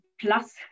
plus